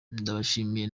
ndabashimiye